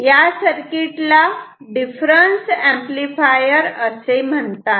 या सर्किट ला difference amplifier असे म्हणतात